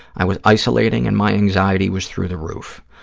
i was isolating and my anxiety was through the roof.